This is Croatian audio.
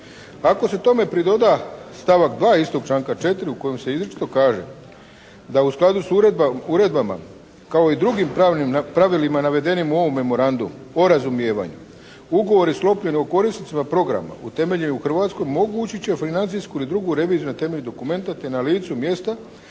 Ako se tome pridoda stavak 2. istog članka 4. u kojem se izričito kaže da u skladu s uredbama kao i drugim pravilima navedenim u ovom Memorandumu o razumijevanju ugovor je sklopljen o korisnicima programa utemelje i u Hrvatsku, mogu ući u financijsku i drugu reviziju na temelju dokumenta te na licu mjesta